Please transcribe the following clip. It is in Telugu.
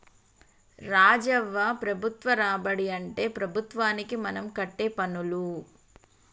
రాజవ్వ ప్రభుత్వ రాబడి అంటే ప్రభుత్వానికి మనం కట్టే పన్నులు